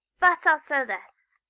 but i'll sew this!